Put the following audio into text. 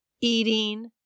eating